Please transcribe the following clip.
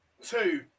Two